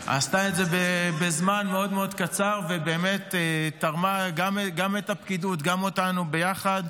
--- היא עשתה את זה בזמן מאוד קצר ורתמה גם את הפקידות וגם אותנו יחד,